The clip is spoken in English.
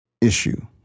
issue